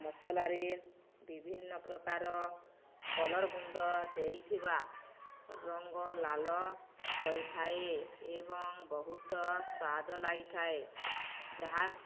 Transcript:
ମସଲାରେ ବିଭିନ୍ନ ପ୍ରକାର କଲର୍ ଗୁଣ୍ଡ ଦେଇଥିବା ରଙ୍ଗ ଲାଲ ହୋଇଥାଏ ଏବଂ ବହୁତ ସ୍ୱାଦ ଲାଗିଥାଏ ଯାହା